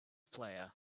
player